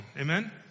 Amen